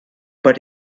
but